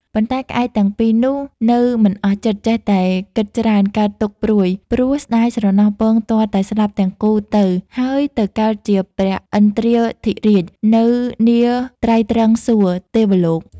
ប៉ុន្តែ ក្អែកទាំងពីរនោះ នៅមិនអស់ចិត្ត ចេះតែគិតច្រើនកើតទុក្ខព្រួយ ព្រោះស្តាយស្រណោះពង ទាល់តែស្លាប់ទាំងគូទៅ ហើយទៅកើតជាព្រះឥន្ទ្រាធិរាជ នៅនាត្រៃត្រិង្សសួគ៌ ទេវលោក ។